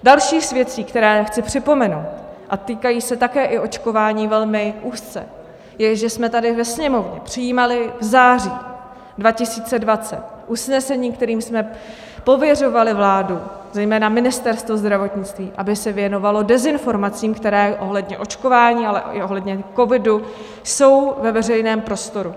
Další z věcí, které chci připomenout, a týkají se také i očkování velmi úzce, je, že jsme tady ve Sněmovně přijímali v září 2020 usnesení, kterým jsme pověřovali vládu, zejména Ministerstvo zdravotnictví, aby se věnovalo dezinformacím, které ohledně očkování, ale i ohledně covidu jsou ve veřejném prostoru.